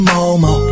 Momo